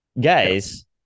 Guys